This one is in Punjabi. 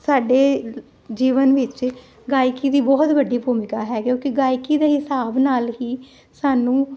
ਸਾਡੇ ਜੀਵਨ ਵਿੱਚ ਗਾਇਕੀ ਦੀ ਬਹੁਤ ਵੱਡੀ ਭੂਮਿਕਾ ਹੈਗੀ ਕਿਉਂਕਿ ਗਾਇਕੀ ਦਾ ਹਿਸਾਬ ਨਾਲ ਹੀ ਸਾਨੂੰ